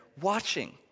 watching